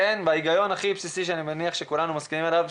בהיגיון הכי בסיסי שכולנו מסכימים עליו,